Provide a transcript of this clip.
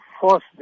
force